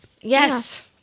Yes